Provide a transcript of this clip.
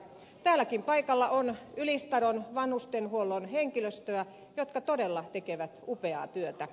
täälläkin paikalla on ylistaron vanhustenhuollon henkilöstöä jotka todella tekevät upeaa työtä